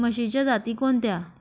म्हशीच्या जाती कोणत्या?